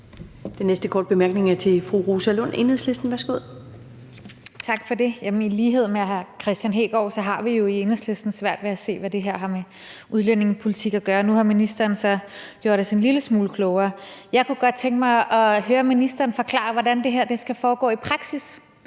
Den næste korte bemærkning er til fru Rosa Lund, Enhedslisten. Værsgo. Kl. 14:47 Rosa Lund (EL): Tak for det. I lighed med hr. Kristian Hegaard har vi jo i Enhedslisten svært ved at se, hvad det her har med udlændingepolitik at gøre. Nu har ministeren så gjort os en lille smule klogere. Jeg kunne godt tænke mig at høre ministeren forklare, hvordan det her skal foregå i praksis.